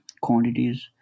quantities